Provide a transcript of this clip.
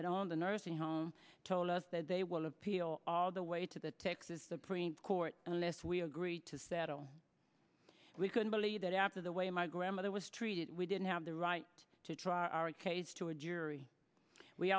the nursing home told us that they will appeal all the way to the texas supreme court unless we agreed to settle we couldn't believe that after the way my grandmother was treated we didn't have the right to try our case to a jury we